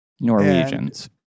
Norwegians